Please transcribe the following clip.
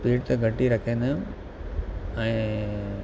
speed त घटि ई रखाईंदा आहियूं ऐं